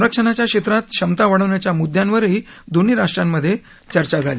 संरक्षणाच्या क्षेत्रात क्षमता वाढवण्याच्या मुद्यांवरही दोन्ही राष्ट्रांमधे यादरम्यान चर्चा झाली